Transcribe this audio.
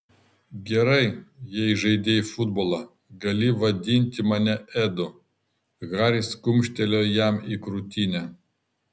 gerai jei žaidei futbolą gali vadinti mane edu haris kumštelėjo jam į krūtinę